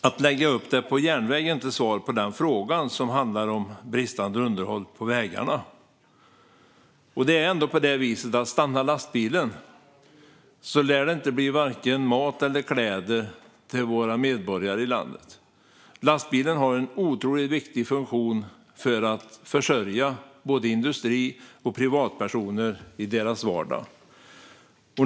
Att lägga över transporter på järnväg är alltså inte ett svar på den fråga som handlar om bristande underhåll på vägarna. Det är ändå på det viset att det inte lär bli vare sig mat eller kläder till våra medborgare i landet om lastbilen stannar. Lastbilen har en otroligt viktig funktion för att försörja både industri och privatpersoner i deras vardag.